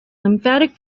lymphatic